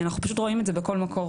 אנחנו פשוט רואים את זה בכל מקום.